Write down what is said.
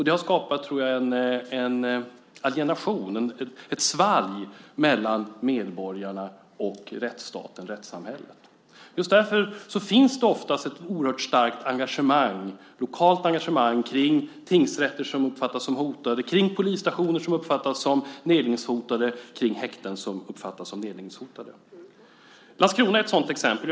Det tror jag har skapat ett svalg mellan medborgarna och rättssamhället. Därför finns det ofta ett stort lokalt engagemang kring tingsrätter som uppfattas som nedläggningshotade och kring polisstationer och häkten som uppfattas som nedläggningshotade. Landskrona är ett exempel.